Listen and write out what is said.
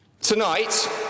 Tonight